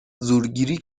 زورگیری